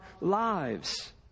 lives